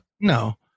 No